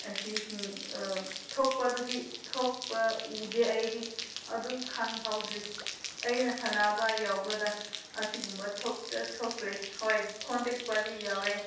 ꯑꯁꯤꯁꯤꯡ ꯊꯣꯛꯄꯗꯨꯗꯤ ꯊꯣꯛꯄ ꯎꯗꯦ ꯑꯩꯗꯤ ꯑꯗꯨ ꯈꯪꯍꯧꯗ꯭ꯔꯤ ꯑꯩꯅ ꯁꯥꯟꯅꯕ ꯌꯥꯎꯕꯗ ꯑꯁꯤꯒꯨꯝꯕ ꯊꯣꯛꯇ꯭ꯔꯤ ꯍꯣꯏ ꯈꯣꯡ ꯇꯦꯛꯄꯗꯤ ꯌꯥꯎꯏ